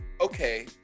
Okay